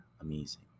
amazing